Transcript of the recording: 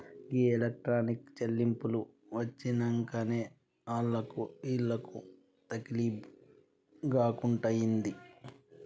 గీ electronic చెల్లింపులు వచ్చినంకనే ఆళ్లకు ఈళ్లకు తకిలీబ్ గాకుంటయింది